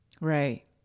Right